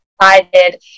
excited